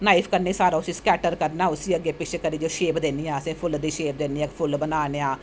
knife कन्नै सारा उसी स्कैटर करना उसी अग्गैं पिच्छें करियै शेप देनीं ऐं उसी फुल्ल दी शेप देनीं ऐ फुल्ल बना नें आं